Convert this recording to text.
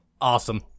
Awesome